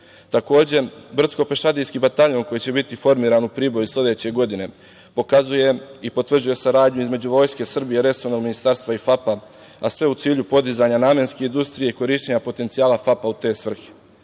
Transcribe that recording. brdsko-pešadijski bataljon koji će biti formiran u Priboju sledeće godine pokazuje i potvrđuje saradnju između Vojske Srbije, resornog ministarstva i FAP, a sve u cilju podizanja namenske industrije, korišćenja potencijala FAP u te